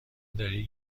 داری